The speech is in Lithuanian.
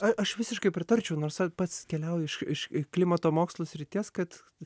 a aš visiškai pritarčiau nors a pats keliauju iš iš klimato mokslų srities kad